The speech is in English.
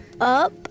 up